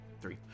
three